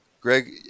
Greg